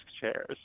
chairs